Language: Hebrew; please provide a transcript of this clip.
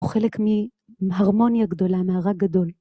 הוא חלק מהרמוניה הגדולה, מארג גדול.